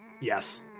Yes